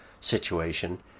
situation